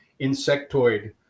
insectoid